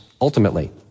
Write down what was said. ultimately